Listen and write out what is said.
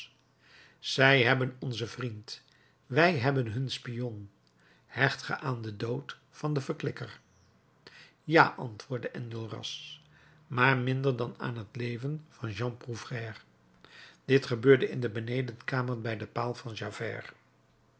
zij hebben onzen vriend wij hebben hun spion hecht ge aan den dood van den verklikker ja antwoordde enjolras maar minder dan aan het leven van jean prouvaire dit gebeurde in de benedenkamer bij den paal van javert